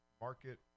Market